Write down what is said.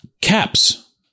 caps